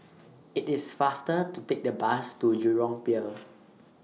IT IS faster to Take The Bus to Jurong Pier